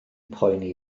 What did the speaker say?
poeni